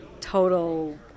total